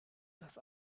das